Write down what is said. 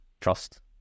trust